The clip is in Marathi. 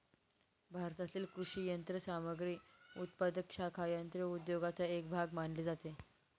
भारतातील कृषी यंत्रसामग्री उत्पादक शाखा यंत्र उद्योगाचा एक भाग मानली जाते